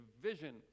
vision